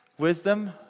wisdom